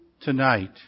tonight